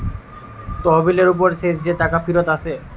তহবিলের উপর শেষ যে টাকা ফিরত আসে